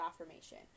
affirmation